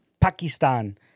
Pakistan